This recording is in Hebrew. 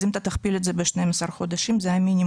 אז אם אתה תכפיל את זה ב-12 חודשים זה המינימום